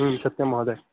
सत्यं महोदयः